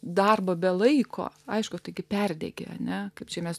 darbą be laiko aišku taigi perdegė ane kaip čia mes